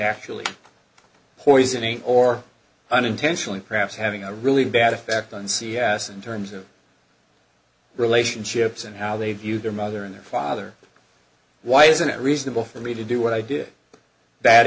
actually poisoning or unintentionally perhaps having a really bad effect on c s in terms of relationships and how they view their mother and their father why isn't it reasonable for me to do what i did bad